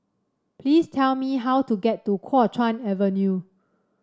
please tell me how to get to Kuo Chuan Avenue